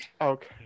okay